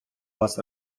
вас